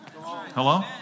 Hello